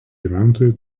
gyventojų